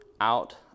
out